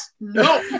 No